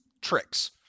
tricks